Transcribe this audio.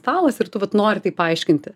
stalas ir tu vat nori tai paaiškinti